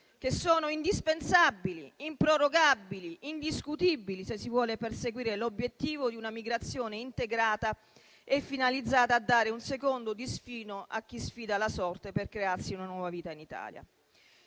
che sono indispensabili, improrogabili, indiscutibili, se si vuole perseguire l'obiettivo di una migrazione integrata e finalizzata a dare un secondo destino a chi sfida la sorte per crearsi una nuova vita in Italia.